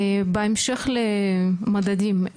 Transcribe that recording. בהמשך למדדים,